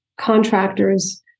contractors